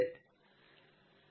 ಇದು ಡೇಟಾವನ್ನು ಸಂಗ್ರಹಿಸಿದ ಮಾನವೇ